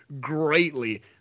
greatly